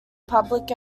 public